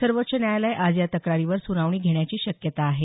सर्वोच्च न्यायालय आज या तक्रारीवर सुनावणी घेण्याची शक्यता आहे